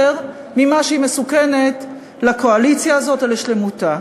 ממה שהיא מסוכנת לקואליציה הזאת או לשלמותה.